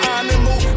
animal